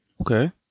Okay